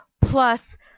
plus